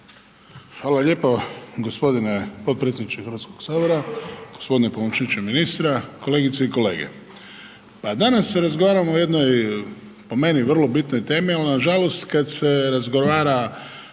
Hvala lijepo g. potpredsjedniče Hrvatskog sabora, g. pomoćniče ministra, kolegice i kolege. Pa danas razgovaramo o jednoj po meni vrlo bitnoj temi ali nažalost kad se razgovara,